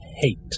hate